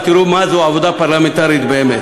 ותראו מה זו עבודה פרלמנטרית באמת.